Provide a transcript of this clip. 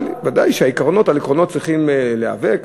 אבל ודאי שעל עקרונות צריכים להיאבק,